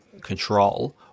control